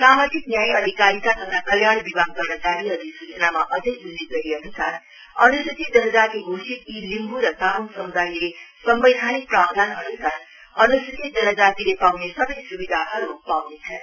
सामाजिक न्याय अधिकारिता तथा कल्याण विभागद्वारा जारी अधिसूचनामा अझै उल्लेख गरिएअनुसार अनुसूचित जनजाति घोषित यी लिम्बु र तामाङ समुदायले सम्वैधनिक प्रावधानअनुसार अनुसूचित जनजातिले पाउने सबै सुविधाहरु पाउनेछन्